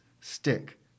stick